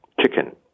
chicken